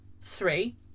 three